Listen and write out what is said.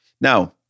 Now